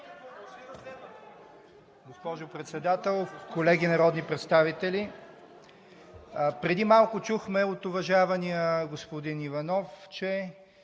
Госпожо Председател, колеги народни представители! Преди малко чухме от уважавания господин Иванов, че